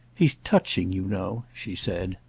he's touching, you know, she said.